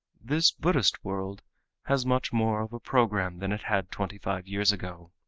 this buddhist, world has much more of a program than it had twenty-five years ago.